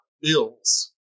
bills